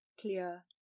clear